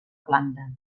planta